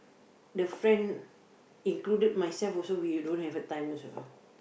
the friend included myself also we don't have the time also